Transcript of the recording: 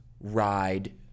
ride